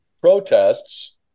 protests